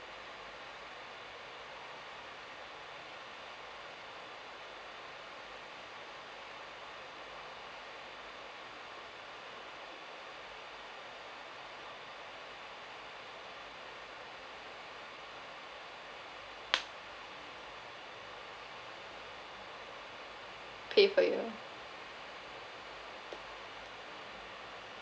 pay for you